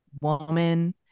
woman